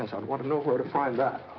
yes, i'd want to know where to find that.